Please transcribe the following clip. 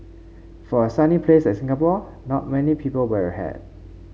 for a sunny place as Singapore not many people wear a hat